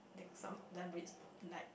the some the like